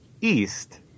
east